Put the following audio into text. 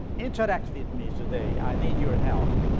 interact with me today i need your help.